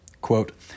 Quote